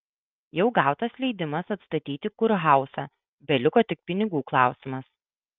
jau gautas leidimas atstatyti kurhauzą beliko tik pinigų klausimas